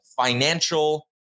financial